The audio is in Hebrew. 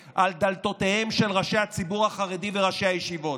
דלתותיהם של ראשי הציבור החרדי וראשי הישיבות,